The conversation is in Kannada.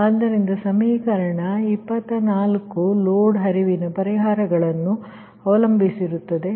ಆದ್ದರಿಂದ ಸಮೀಕರಣequation 24 ಲೋಡ್ ಹರಿವಿನ ಪರಿಹಾರಗಳನ್ನು ಅವಲಂಬಿಸಿರುತ್ತದೆ